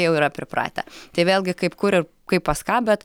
jau yra pripratę tai vėlgi kaip kur i kaip pas ką bet